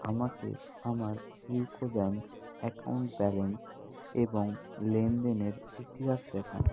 আমাকে আমার UCO bank account balance এবং লেনদেনের ইতিহাস দেখান